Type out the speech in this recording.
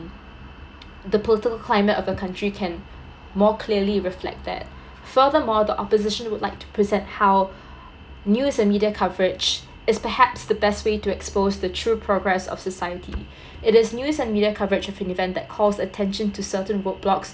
the political climate of a country can more clearly reflect that furthermore the opposition would like to present how news and media coverage is perhaps the best way to expose the true progress of society it is news and media coverage of an event that calls attention to certain roadblocks